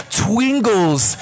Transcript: twingles